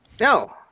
No